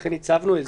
בעצם,